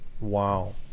Wow